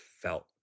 felt